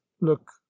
look